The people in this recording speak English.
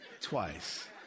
twice